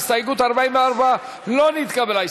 הסתייגות 44 לא נתקבלה.